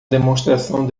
demonstração